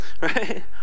Right